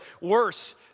Worse